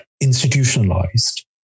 institutionalized